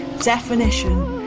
Definition